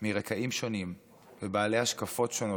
מרקעים שונים ובעלי השקפות שונות,